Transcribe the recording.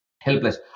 helpless